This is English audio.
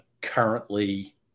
currently